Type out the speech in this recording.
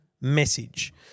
message